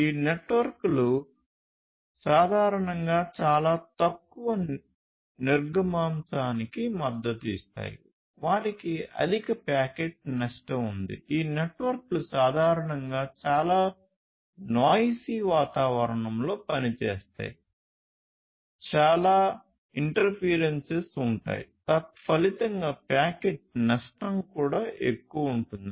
ఈ నెట్వర్క్లు సాధారణంగా చాలా తక్కువ నిర్గమాంశానికి ఉన్నాయి తత్ఫలితంగా ప్యాకెట్ నష్టం కూడా ఎక్కువగా ఉంటుంది